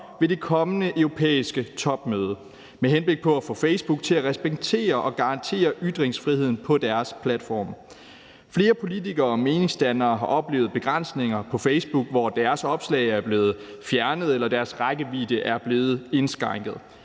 ved det kommende europæiske topmøde med henblik på at få Facebook til at respektere og garantere ytringsfriheden på deres platforme? Flere politikere og meningsdannere har oplevet begrænsninger på Facebook, hvor deres opslag er blevet fjernet eller deres rækkevidde er blevet indskrænket.